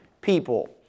people